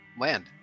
land